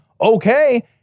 okay